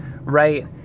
right